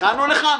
לכאן או לכאן.